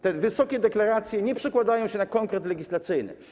Te wysokie deklaracje nie przekładają się na konkret legislacyjny.